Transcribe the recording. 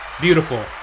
Beautiful